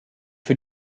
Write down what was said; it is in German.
für